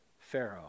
pharaoh